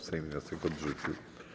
Sejm wniosek odrzucił.